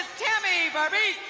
ah tammy but i mean